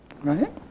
right